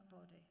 body